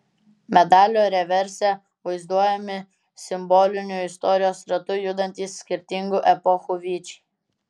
medalio reverse vaizduojami simboliniu istorijos ratu judantys skirtingų epochų vyčiai